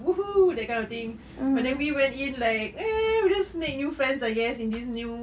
!woohoo! that kind of thing but then we went in like meh we just make new friends I guess in this new